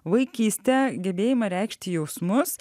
vaikystę gebėjimą reikšti jausmus